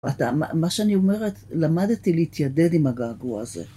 מה שאני אומרת, למדתי להתיידד עם הגעגוע הזה.